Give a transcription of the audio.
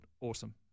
awesome